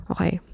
Okay